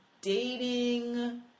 dating